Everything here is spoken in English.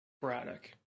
Braddock